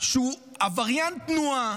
שהוא עבריין תנועה,